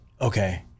Okay